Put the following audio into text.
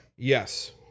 Yes